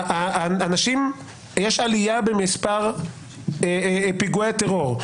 יש עלייה במספר פיגועי טרור.